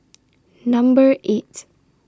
Number eight